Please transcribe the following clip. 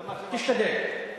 תשתדל.